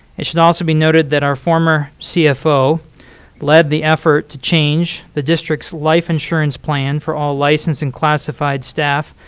it should also be noted that our former cfo led the effort to change the district's life insurance plan for all licensed and classified staff,